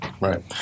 right